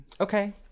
Okay